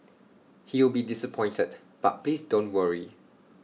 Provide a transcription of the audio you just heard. he will be disappointed but please don't worry